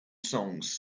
songs